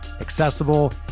accessible